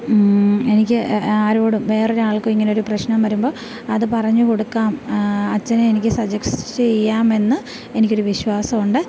എനിക്ക് ആരോടും വേറൊരാൾക്കും ഇങ്ങനെയൊരു പ്രശ്നം വരുമ്പോൾ അത് പറഞ്ഞു കൊടുക്കാം അച്ഛനെ എനിക്ക് സജസ്റ്റ് ചെയ്യാം എന്ന് എനിക്കൊരു വിശ്വാസമുണ്ട്